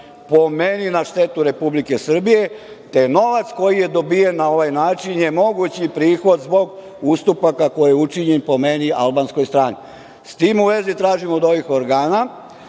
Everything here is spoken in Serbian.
po meni, na štetu Republike Srbije, te je novac koji je dobijen na ovaj način mogući prihod zbog ustupaka koji je učinjen, po meni, albanskoj strani.S tim u vezi tražim od ovih organa